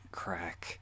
crack